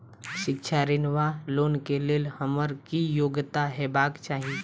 शिक्षा ऋण वा लोन केँ लेल हम्मर की योग्यता हेबाक चाहि?